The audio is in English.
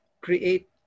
create